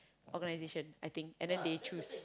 organisation I think and then they choose